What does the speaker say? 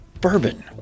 bourbon